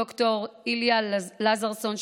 ד"ר איליה לייזרסון,